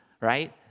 right